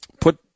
put